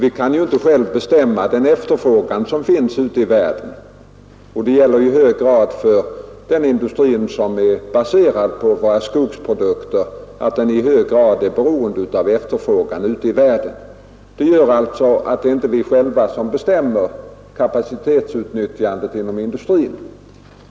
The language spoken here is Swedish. Vi kan inte själva bestämma efterfrågan ute i världen. Och för den industri som är baserad på våra skogsprodukter gäller att den i hög grad är beroende av efterfrågan ute i världen. Detta gör också att det inte är vi själva som bestämmer kapacitetsutnyttjandet inom industrin.